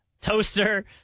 toaster